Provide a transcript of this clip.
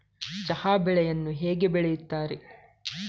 ಚಹಾ ಬೆಳೆಯನ್ನು ಹೇಗೆ ಬೆಳೆಯುತ್ತಾರೆ?